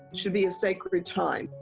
should be a sacred time.